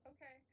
Okay